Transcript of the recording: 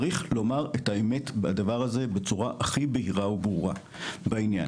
צריך לומר את האמת בדבר הזה בצורה הכי בהירה וברורה בעניין.